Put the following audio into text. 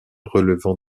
relevant